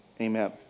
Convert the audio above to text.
Amen